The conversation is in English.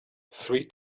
three